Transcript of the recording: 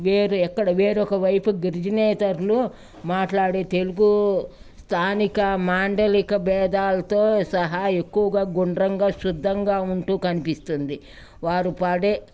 వేరు ఎక్కడ వేరొక వైపు గరిజనేతర్లు మాట్లాడే తెలుగు స్థానిక మాండలిక భేదాలతో సహా ఎక్కువగా గుండ్రంగా శుద్ధంగా ఉంటూ కనిపిస్తుంది వారు పాడే